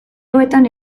hauetan